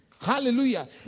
Hallelujah